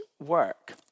work